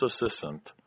assistant